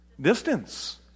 Distance